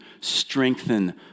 strengthen